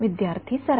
विद्यार्थी सरासरी